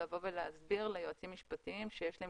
לבוא ולהסביר ליועצים המשפטיים שיש להם